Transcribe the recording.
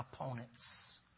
opponents